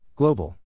Global